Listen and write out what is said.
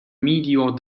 medior